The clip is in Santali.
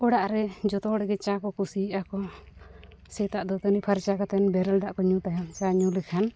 ᱚᱲᱟᱜ ᱨᱮ ᱡᱚᱛᱚ ᱦᱚᱲᱜᱮ ᱪᱟ ᱠᱚ ᱠᱩᱥᱤᱭᱟᱜᱼᱟᱠᱚ ᱥᱮᱛᱟᱜ ᱫᱟᱹᱛᱟᱹᱱᱤ ᱯᱷᱟᱨᱪᱟ ᱠᱟᱛᱮᱫ ᱵᱮᱨᱮᱞ ᱫᱟᱜ ᱠᱚ ᱧᱩᱭ ᱛᱟᱦᱮᱱ ᱪᱟ ᱧᱩ ᱞᱮᱠᱷᱟᱱ